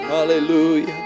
Hallelujah